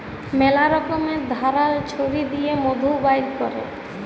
ম্যালা রকমের ধারাল ছুরি দিঁয়ে মধু বাইর ক্যরে